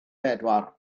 bedwar